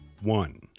One